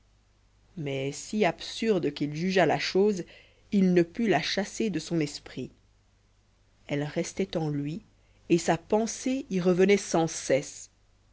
mais si absurde qu'il jugeât la chose il ne put la chasser de son esprit elle restait en lui et sa pensée y revenait sans cesse